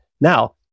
Now